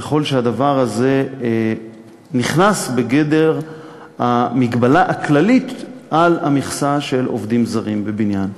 ככל שהדבר הזה נכנס בגדר המגבלה הכללית על המכסה של עובדים זרים בבניין.